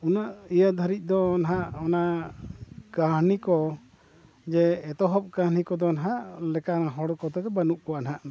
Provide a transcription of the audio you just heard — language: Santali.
ᱩᱱᱟᱹᱜ ᱤᱭᱟᱹ ᱫᱷᱟᱹᱨᱤᱡ ᱫᱚ ᱱᱟᱦᱟᱜ ᱚᱱᱟ ᱠᱟᱹᱦᱱᱤ ᱠᱚ ᱡᱮ ᱮᱛᱚᱦᱚᱵ ᱠᱟᱹᱦᱱᱤ ᱠᱚᱫᱚ ᱱᱟᱦᱟᱜ ᱞᱮᱠᱟᱱ ᱦᱚᱲ ᱠᱚᱛᱮ ᱜᱮ ᱵᱟᱹᱱᱩᱜ ᱠᱚᱣᱟ ᱱᱟᱦᱟᱜ